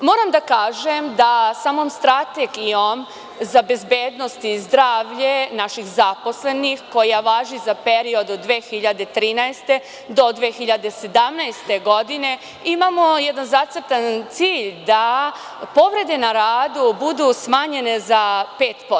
Moram da kažem da samom strategijom za bezbednost i zdravlje naših zaposlenih, koja važi za period od 2013. do 2017. godine, imamo jedan zacrtan cilj da povrede na radu budu smanjene za 5%